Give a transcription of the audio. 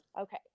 Okay